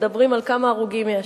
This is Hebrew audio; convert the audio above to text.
מדברים על כמה הרוגים יש.